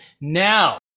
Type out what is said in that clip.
Now